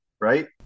right